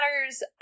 matters